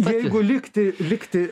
jeigu likti likti